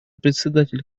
председатель